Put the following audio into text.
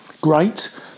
great